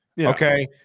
Okay